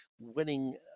winning